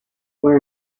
were